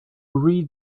read